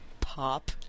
Pop